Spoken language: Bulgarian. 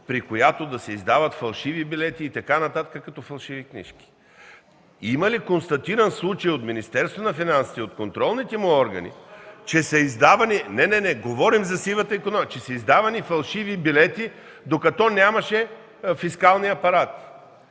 при която да се издават фалшиви билети и така нататък като фалшиви книжки. Има ли констатиран случай от Министерството на финансите и от контролните му органи, че са издавани... (Реплики от ГЕРБ.) Не, не, не!